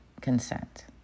consent